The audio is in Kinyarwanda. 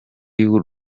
y’u